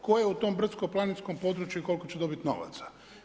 Tko je u tom brdsko-planinskom području i koliko će dobiti novaca.